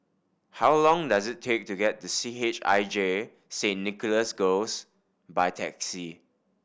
how long does it take to get to C H I J Saint Nicholas Girls by taxi